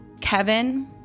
Kevin